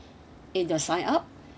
in your sign up